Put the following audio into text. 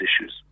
issues